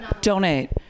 Donate